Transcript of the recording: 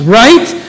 right